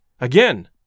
Again